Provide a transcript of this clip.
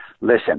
listen